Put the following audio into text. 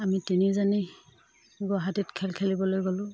আমি তিনিওজনী গুৱাহাটীত খেল খেলিবলৈ গ'লোঁ